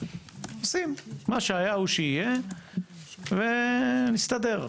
מה שהיה הוא שיהיה ואנחנו נסתדר.